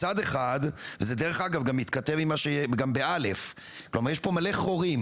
מצד אחד זה דרך אגב גם מתכתב עם א' ברור זה לא אפוי,